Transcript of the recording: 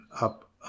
up